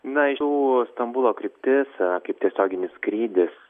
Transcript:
na jų stambulo kryptis kaip tiesioginis skrydis